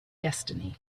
destiny